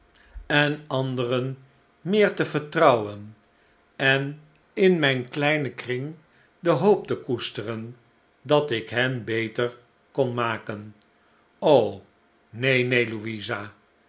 en anderen meer te vertrouwen en in mijn kleinen kring de hoop te koesteren dat ik hen beter kon maken neen neen louisa